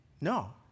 no